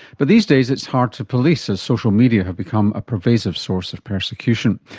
but these days it's hard to police as social media have become a pervasive source of persecution.